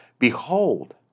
Behold